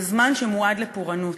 זה זמן שמועד לפורענות,